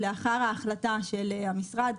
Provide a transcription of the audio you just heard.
לאחר ההחלטה של המשרד,